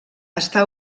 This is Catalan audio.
està